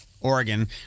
Oregon